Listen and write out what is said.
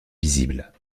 visibles